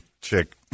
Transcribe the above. chick